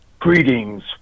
Greetings